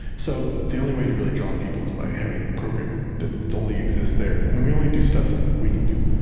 so the only way to really draw people is by having programming that only exists there. and we only do stuff that we can do.